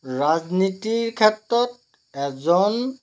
ৰাজনীতিৰ ক্ষেত্ৰত এজন